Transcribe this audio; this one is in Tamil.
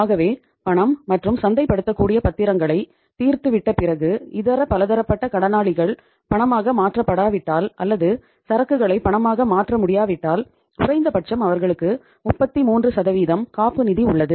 ஆகவே பணம் மற்றும் சந்தைப்படுத்தக்கூடிய பத்திரங்களை தீர்த்து விட்ட பிறகு இதர பலதரப்பட்ட கடனாளிகள் பணமாக மாற்றப்படாவிட்டால் அல்லது சரக்குகளை பணமாக மாற்ற முடியாவிட்டால் குறைந்தபட்சம் அவர்களுக்கு 33 காப்பு நிதி உள்ளது